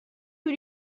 für